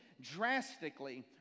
drastically